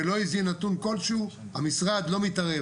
ולא הזין נתון כלשהו, המשרד לא מתערב.